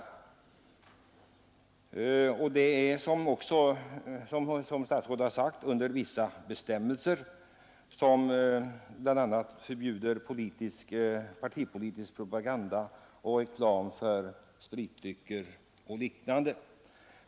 Som statsrådet sade finns det för den reklamen bestämmelser som bl.a. förbjuder partipolitisk propaganda, reklam för rusdrycker etc.